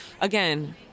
again